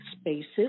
spaces